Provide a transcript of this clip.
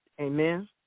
Amen